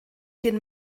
den